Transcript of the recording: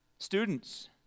Students